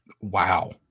wow